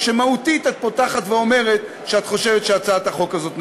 כשמהותית את פותחת ואומרת שאת חושבת שהצעת החוק הזאת נכונה.